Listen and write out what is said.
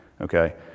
Okay